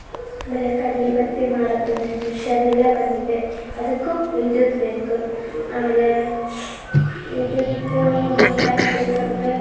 ಆಮೇಲೆ ಕಡಲೆ ಬತ್ತಿ ಮಾಡೋದ್ ಬಂದೈತೆ ಮಿಷೆನ್ ಇಲ್ಲೇ ಬಂದಿದೆ ಅದಕ್ಕೂ ವಿದ್ಯುತ್ ಬೇಕು ಆಮೇಲೆ ವಿದ್ಯುತ್ತು ಮತ್ತು ಯಾಕೆ ಬೇಕಂದರೆ